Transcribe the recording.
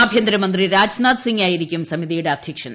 ആഭ്യന്തരമന്ത്രി രാജ്നാഥ് സിംഗായിരിക്കും സമിതിയുടെ അധ്യക്ഷൻ